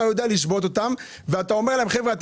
אתה יודע לשבות אותם ואתה אומר להם שהם